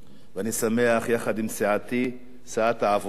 אני שמח יחד עם סיעתי, סיעת העבודה,